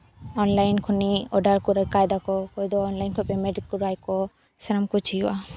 online ᱠᱷᱚᱱᱤᱡ order ᱠᱚᱨᱮ ᱨᱮᱠᱟᱭ ᱫᱟᱠᱚ ᱚᱠᱚᱭ ᱫᱚ ᱚᱱᱞᱟᱭᱤᱱ ᱠᱷᱚᱱ ᱯᱮᱢᱮᱱᱴ ᱠᱚᱨᱟᱣ ᱫᱟᱠᱚ ᱥᱟᱱᱟᱢ ᱠᱩᱪ ᱦᱩᱭᱩᱜᱼᱟ